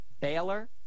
baylor